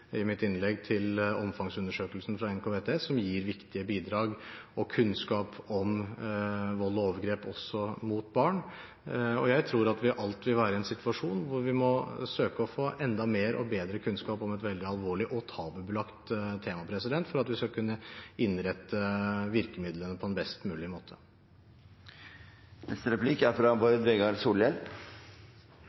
i mitt innlegg i sted til omfangsundersøkelsen fra NKVTS, som gir viktige bidrag og kunnskap om vold og overgrep, også mot barn. Jeg tror vi alltid vil være i en situasjon hvor vi må søke å få enda mer og bedre kunnskap om et veldig alvorlig og tabubelagt tema – for at vi skal kunne innrette virkemidlene på en best mulig